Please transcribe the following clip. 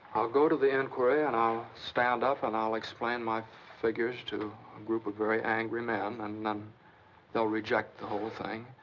i'll go to the inquiry, and i'll stand up, and i'll explain my figures to a group of very angry men, and then they'll reject the whole thing.